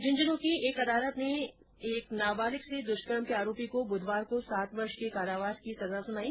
झंझनू की एक अदालत ने एक नाबालिग से दुष्कर्म के आरोपी को बुधवार को सात वर्ष के कारावास कुर्ट है की सजा सुनाई